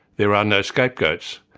there are no scapegoats.